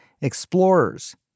Explorers